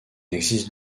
existe